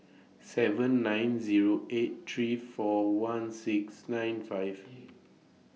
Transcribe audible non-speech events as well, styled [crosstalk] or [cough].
seven nine Zero eight three four one six nine five [noise]